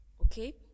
Okay